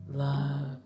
Love